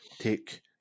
take